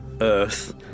Earth